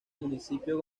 municipio